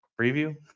preview